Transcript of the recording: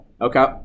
Okay